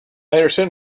understand